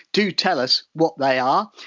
do tell us what they are.